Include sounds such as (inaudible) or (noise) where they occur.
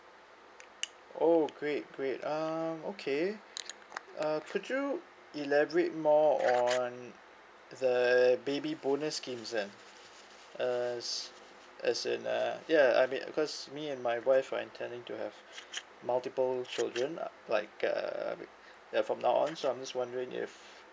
oh great great um okay uh could you elaborate more on the baby bonus schemes then uh s~ as in uh ya I mean because me and my wife are intending to have multiple children (noise) like uh I mean ya from now on so I'm just wondering if